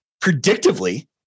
predictively